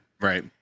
Right